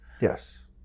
Yes